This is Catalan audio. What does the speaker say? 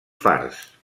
fars